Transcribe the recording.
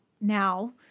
now